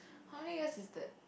how many years is that